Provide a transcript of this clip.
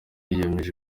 yiyemeje